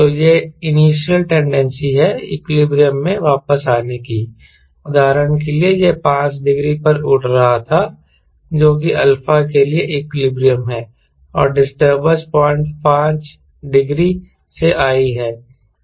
तो यह initial tendency है इक्विलिब्रियम में वापस आने कीउदाहरण के लिए यह 5 डिग्री पर उड़ रहा था जो कि अल्फा के लिए इक्विलिब्रियम है और डिस्टरबेंस 05 डिग्री से आई है